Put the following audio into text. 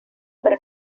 pero